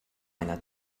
einer